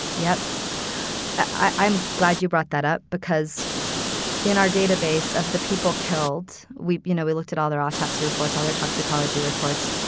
yep i'm glad you brought that up because in our database of the people killed, we you know, we looked at all the autopsy reports, all their toxicology reports.